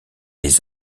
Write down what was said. les